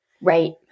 Right